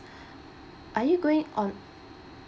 are you going on